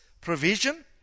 provision